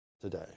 today